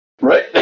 Right